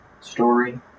story